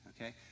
okay